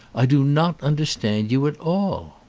i do not under stand you at all.